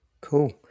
Cool